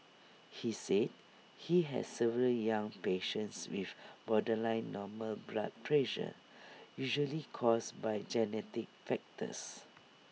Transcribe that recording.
he said he has several young patients with borderline normal blood pressure usually caused by genetic factors